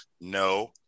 no